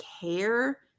care